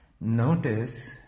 notice